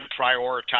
prioritize